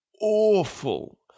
awful